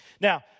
Now